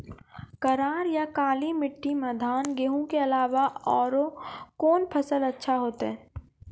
करार या काली माटी म धान, गेहूँ के अलावा औरो कोन फसल अचछा होतै?